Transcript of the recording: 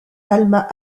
alma